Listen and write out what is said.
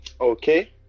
Okay